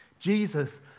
Jesus